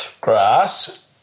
grass